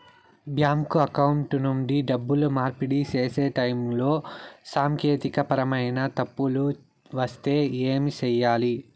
bank account నుండి డబ్బులు మార్పిడి సేసే టైములో సాంకేతికపరమైన తప్పులు వస్తే ఏమి సేయాలి